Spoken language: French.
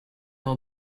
d’un